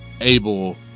able